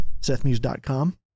SethMuse.com